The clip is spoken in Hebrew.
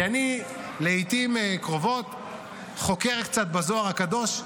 כי אני לעיתים קרובות חוקר קצת בזוהר הקדוש,